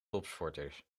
topsporters